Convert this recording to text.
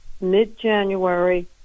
mid-January